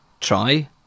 try